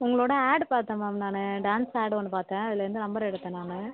உங்களோடய ஆட் பார்த்தேன் மேம் நான் டான்ஸ் ஆட் ஒன்று பார்த்தேன் அதுலேருந்து நம்பர் எடுத்தேன் நான்